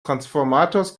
transformators